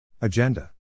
Agenda